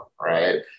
right